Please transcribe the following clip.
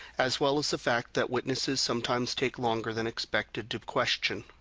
as well as the fact that witnesses sometimes take longer than expected to question.